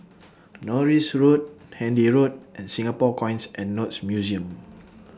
Norris Road Handy Road and Singapore Coins and Notes Museum